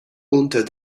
unter